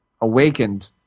awakened